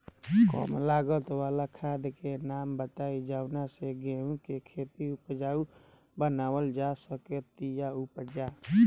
कम लागत वाला खाद के नाम बताई जवना से गेहूं के खेती उपजाऊ बनावल जा सके ती उपजा?